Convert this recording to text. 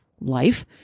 life